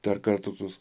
dar kartą tuos